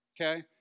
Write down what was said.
Okay